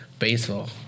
Baseball